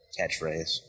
catchphrase